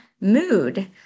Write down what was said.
mood